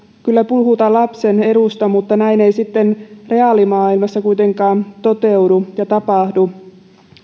kyllä puhutaan lapsen edusta mutta näin ei sitten reaalimaailmassa kuitenkaan toteudu ja tapahdu